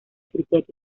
criterios